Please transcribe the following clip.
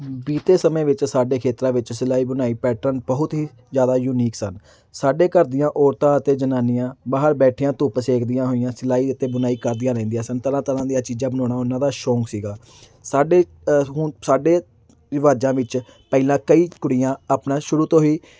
ਬੀਤੇ ਸਮੇਂ ਵਿੱਚ ਸਾਡੇ ਖੇਤਰਾਂ ਵਿੱਚ ਸਿਲਾਈ ਬੁਣਾਈ ਪੈਟਰਨ ਬਹੁਤ ਹੀ ਜ਼ਿਆਦਾ ਯੂਨੀਕ ਸਨ ਸਾਡੇ ਘਰ ਦੀਆਂ ਔਰਤਾਂ ਅਤੇ ਜਨਾਨੀਆਂ ਬਾਹਰ ਬੈਠਿਆਂ ਧੁੱਪ ਸੇਕਦੀਆਂ ਹੋਈਆਂ ਸਿਲਾਈ ਅਤੇ ਬੁਣਾਈ ਕਰਦੀਆਂ ਰਹਿੰਦੀਆਂ ਸਨ ਤਰ੍ਹਾਂ ਤਰ੍ਹਾਂ ਦੀਆਂ ਚੀਜ਼ਾਂ ਬਣਾਉਣਾ ਉਨ੍ਹਾਂ ਦਾ ਸ਼ੌਂਕ ਸੀਗਾ ਸਾਡੇ ਅ ਹੁਣ ਸਾਡੇ ਰਿਵਾਜ਼ਾਂ ਵਿੱਚ ਪਹਿਲਾਂ ਕਈ ਕੁੜੀਆਂ ਆਪਣਾ ਸ਼ੁਰੂ ਤੋਂ ਹੀ